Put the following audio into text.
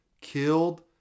killed